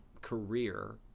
career